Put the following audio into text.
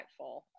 impactful